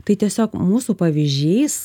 tai tiesiog mūsų pavyzdžiais